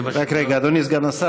זה מה, רק רגע, אדוני סגן השר.